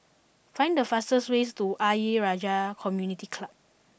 Find the fastest way to Ayer Rajah Community Club